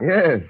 Yes